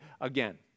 again